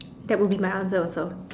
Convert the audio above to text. that would be my answer also